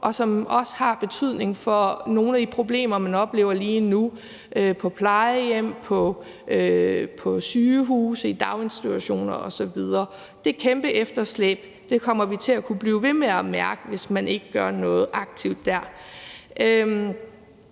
og som også har betydning for nogle af de problemer, man oplever lige nu på plejehjem, på sygehuse, i daginstitutioner osv. Det kæmpe efterslæb kommer vi til at blive ved med at kunne mærke, hvis vi ikke gør noget aktivt.